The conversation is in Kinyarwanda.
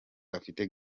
afite